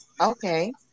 Okay